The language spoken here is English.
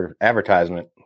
advertisement